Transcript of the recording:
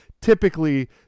typically